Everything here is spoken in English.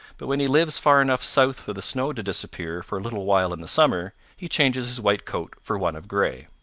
but when he lives far enough south for the snow to disappear for a little while in the summer, he changes his white coat for one of gray.